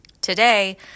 Today